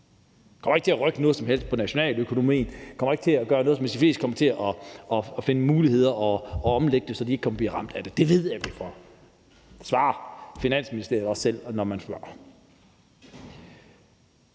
kommer ikke til at rykke noget som helst på nationaløkonomien. Det kommer ikke til at gøre noget som helst. De fleste kommer til at finde muligheder for at omlægge det, så de ikke bliver ramt af det. Det ved jeg, og det svarer Finansministeriet også selv, når man spørger.